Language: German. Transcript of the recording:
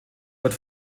wird